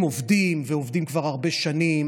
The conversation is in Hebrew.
הם עובדים, ועובדים כבר הרבה שנים.